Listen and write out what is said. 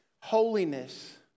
holiness